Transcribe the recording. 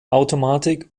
automatik